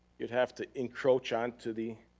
you'd have to encroach onto the,